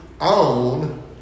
own